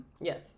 Yes